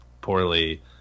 poorly